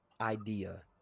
idea